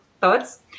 thoughts